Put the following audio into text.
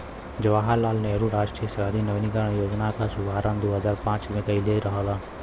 जवाहर लाल नेहरू राष्ट्रीय शहरी नवीनीकरण योजना क शुभारंभ दू हजार पांच में कइले रहलन